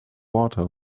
water